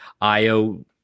IO